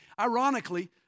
Ironically